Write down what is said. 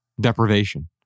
deprivation